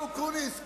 אקוניס,